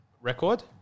record